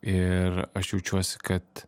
ir aš jaučiuosi kad